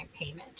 payment